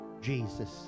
Jesus